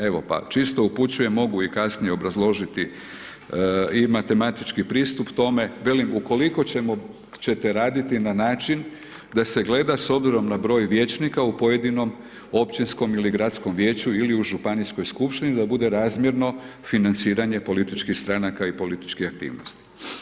Evo pa čisto upućujem, mogu i kasnije obrazložiti, i matematički pristup tome, velim, ukoliko ćemo, će te raditi na način da se gleda s obzirom na broj vijećnika u pojedinom općinskom ili gradskom vijeću, ili u županijskoj skupštini, da bude razmjerno financiranje političkih stranaka i političkih aktivnosti.